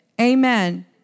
Amen